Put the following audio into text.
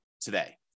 today